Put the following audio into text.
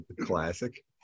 classic